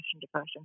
depression